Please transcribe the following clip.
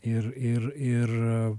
ir ir ir